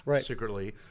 Secretly